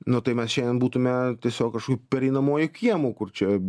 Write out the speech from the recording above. nu tai mes šiandien būtume tiesiog kažkokiu pereinamuoju kiemu kur čia